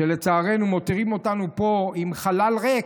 שלצערנו מותירים אותנו פה עם חלל ריק.